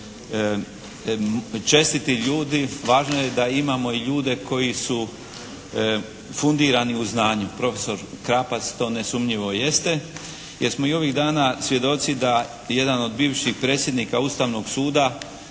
čestiti ljudi, važno je da imamo i ljude koji su fundirani u znanju. Profesor Krapac to nesumnjivo jeste, jer smo i ovih dana svjedoci da jedan od bivših predsjednika Ustavnog suda